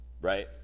right